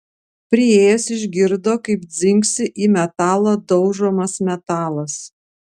priėjęs išgirdo kaip dzingsi į metalą daužomas metalas